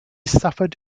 suffered